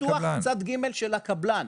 ביטוח צד ג' של הקבלן.